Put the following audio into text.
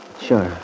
Sure